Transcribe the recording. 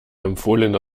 empfohlene